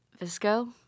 Visco